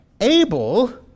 Abel